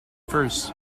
first